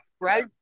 Right